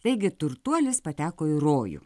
taigi turtuolis pateko į rojų